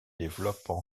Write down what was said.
développent